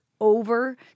over